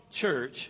church